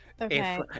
Okay